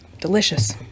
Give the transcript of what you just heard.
Delicious